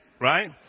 right